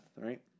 right